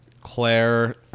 Claire